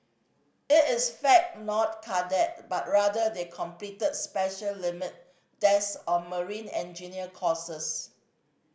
it is fact not cadet but rather they completed special limit desk or marine engineer courses